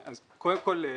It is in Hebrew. אז קודם כול,